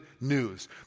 news